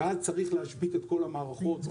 ואז צריך להשבית את כל המערכות.